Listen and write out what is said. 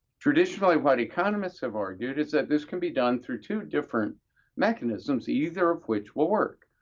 traditionally, what economist have argued is that this can be done through two different mechanisms, either of which will work.